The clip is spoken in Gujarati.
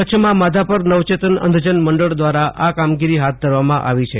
કચ્છમાં માધાપર નવચેતન અંધજન મંડળ દ્રારા આ કામગીરી ફાથ ધરવામાં આવી છે